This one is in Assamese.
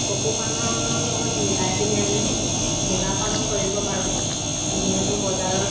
পশুপালনৰ লগত মিলাই পিনি আমি মুগা পালন কৰিব পাৰোঁ যিহেতু বজাৰত